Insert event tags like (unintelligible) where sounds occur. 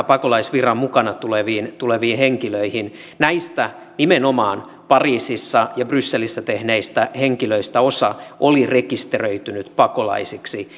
(unintelligible) pakolaisvirran mukana tuleviin tuleviin henkilöihin näistä nimenomaan pariisissa ja brysselissä iskuja tehneistä henkilöistä osa oli rekisteröitynyt pakolaisiksi (unintelligible)